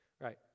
Right